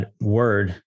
word